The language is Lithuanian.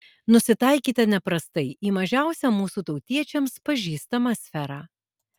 nusitaikyta neprastai į mažiausią mūsų tautiečiams pažįstamą sferą